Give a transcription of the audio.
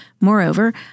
Moreover